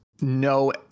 no